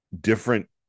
different